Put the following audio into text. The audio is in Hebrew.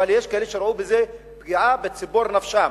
אבל יש כאלה שראו בזה פגיעה בציפור נפשם.